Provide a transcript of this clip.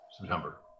September